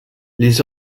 les